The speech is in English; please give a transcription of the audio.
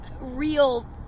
real